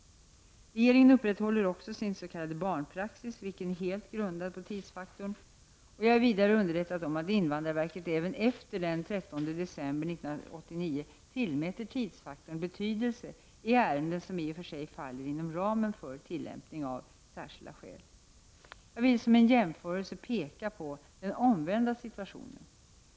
Regeringen upprätthåller också sin s.k. barnpraxis, vilken helt är grundad på tidsfaktorn. Jag är vidare underrättad om att invandrarverket även efter den 13 december 1989 tillmäter tidsfaktorn betydelse i ärenden som i och för sig faller inom ramen för en tillämpning av ”särskilda skäl”. Jag vill som en jämförelse bara peka på den omvända situationen.